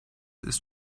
ist